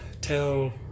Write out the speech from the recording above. tell